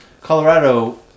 Colorado